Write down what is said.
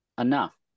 enough